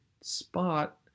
spot